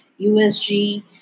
usg